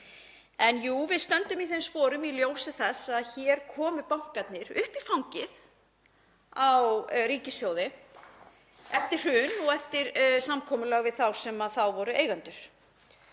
En jú, við stöndum í þeim sporum í ljósi þess að bankarnir komu upp í fangið á ríkissjóði eftir hrun og eftir samkomulag við þá sem þá voru eigendur.